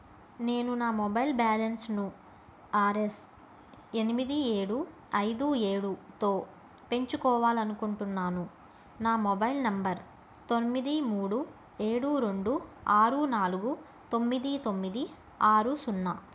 నేను నా మొబైల్ బ్యాలెన్స్ను ఆర్ ఎస్ ఎనిమిది ఏడు ఐదు ఏడుతో పెంచుకోవాలి అనుకుంటున్నాను నా మొబైల్ నెంబర్ తొమ్మిది మూడు ఏడు రెండు ఆరు నాలుగు తొమ్మిది తొమ్మిది ఆరు సున్నా